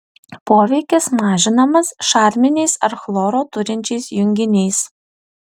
poveikis mažinamas šarminiais ar chloro turinčiais junginiais